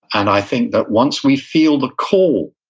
and i think that once we feel the call,